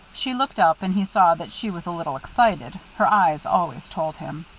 she looked up, and he saw that she was a little excited her eyes always told him.